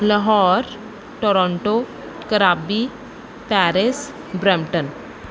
Lahore Toronto caribbean Paris Brampton